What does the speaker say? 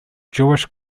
jewish